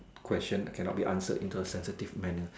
question can not be answered into a sensitive manner